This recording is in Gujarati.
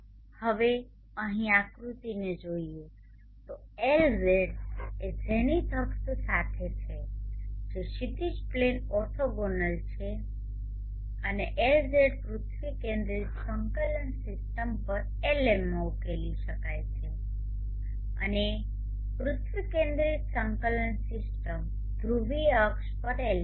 હવે અહીં આકૃતિને જોઈએ તો Lz એ ઝેનિથ અક્ષ સાથે છે જે ક્ષિતિજ પ્લેન ઓરથોગોનલ છે અને Lz પૃથ્વી કેન્દ્રિત સંકલન સિસ્ટમ પર Lm માં ઉકેલી શકાય છે અને પૃથ્વી કેન્દ્રિત સંકલન સિસ્ટમ ધ્રુવીય અક્ષ પર Lp